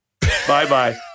bye-bye